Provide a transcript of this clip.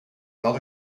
not